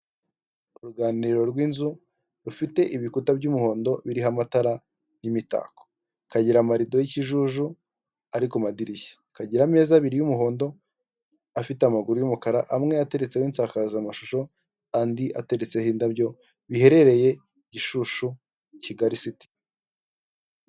Uruganiriro rw'inzu rufite ibikuta by'umuhondo biriho amatara y'imitako rukagira amarido y'ikijuju ari ku madirishya, akagira ameza abiri y'umuhondo afite amaguru y'umukara amwe ateretseho insakazamashusho andi ateretseho indabyo biherereye i Gishushu-Kigali siti.